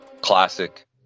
classic